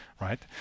right